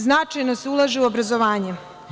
Značajno se ulaže u obrazovanje.